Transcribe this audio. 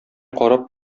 карап